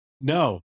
no